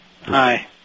Hi